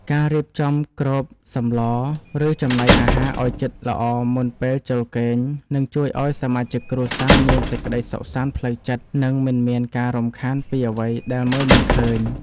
ការរៀបចំគ្របសម្ល ឬចំណីអាហារឱ្យជិតល្អមុនពេលចូលគេងនឹងជួយឱ្យសមាជិកគ្រួសារមានសេចក្តីសុខសាន្តផ្លូវចិត្ត និងមិនមានការរំខានពីអ្វីដែលមើលមិនឃើញ។